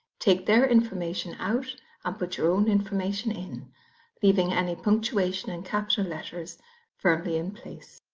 take their information out and put your own information in leaving any punctuation and capital letters firmly in place.